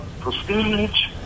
prestige